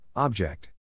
Object